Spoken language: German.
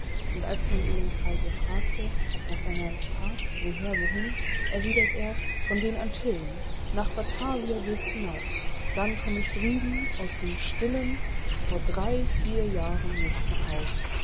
und als man ihn im kreise fragte nach seiner fahrt woher wohin erwiedert er von den antillen und nach batavia geht's hinaus dann komm ich drüben aus dem stillen vor drei vier jahren nicht nach haus